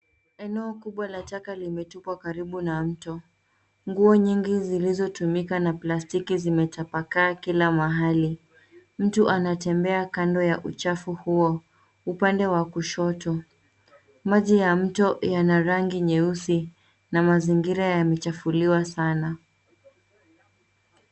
Eneo kubwa la taka limetupwa karibu na mto. Nguo nyingi zilizotumika na plastiki zimetapakaa kila mahali. Mtu anatembea kando ya uchafu huo upande wa kushoto. Maji ya mto yana rangi nyeusi na mazingira yamechafuliwa sana.